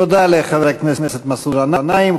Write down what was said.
תודה לחבר הכנסת מסעוד גנאים.